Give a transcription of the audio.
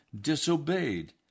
disobeyed